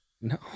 no